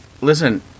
listen